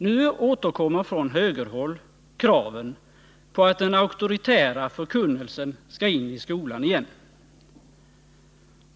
Nu återkommer från högerhåll kraven på att den auktoritära förkunnelsen skall in i skolan igen.